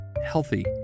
healthy